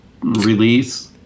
release